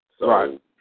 Right